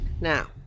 Now